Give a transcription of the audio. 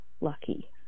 lucky